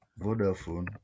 Vodafone